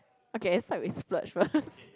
okay I start with splurge first